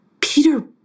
Peter